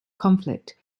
conflict